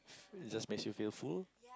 it just makes you feel full